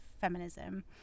feminism